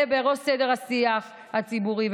ובראש השיח הציבורי.